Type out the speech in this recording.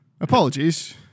apologies